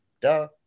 Duh